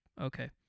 Okay